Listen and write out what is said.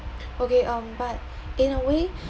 okay um but in a way